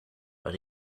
but